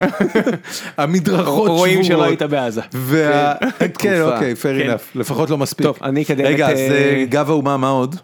המדרכות שבורות, -רואים שלא היית בעזה. -וה... כן, אוקיי, פייר אינף. לפחות לא מספיק. -טוב, אני כדי ל... -רגע, אז גב האומה, מה עוד?